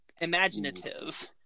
imaginative